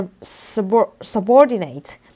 subordinate